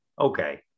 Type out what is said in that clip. okay